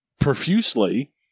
profusely